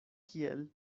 kiel